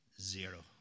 Zero